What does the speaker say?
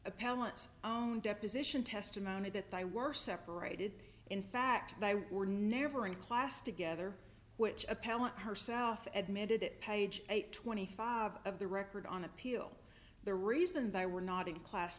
appellant own deposition testimony that they were separated in fact they were never in class together which appellant herself admitted it page eight twenty five of the record on appeal the reason they were not in class